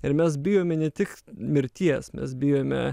ir mes bijome ne tik mirties mes bijome